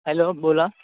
hello बोला